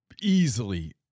easily